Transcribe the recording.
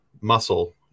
muscle